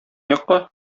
якка